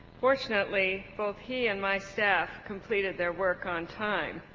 fortunately both he and my staff completed their work on time.